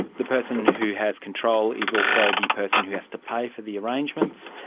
the person who has control is also the person who has to pay for the arrangements.